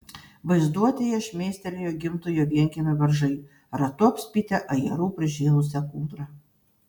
vaizduotėje šmėstelėjo gimtojo vienkiemio beržai ratu apspitę ajerų prižėlusią kūdrą